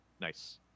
Nice